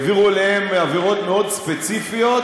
העבירו אליהם עבירות מאוד ספציפיות,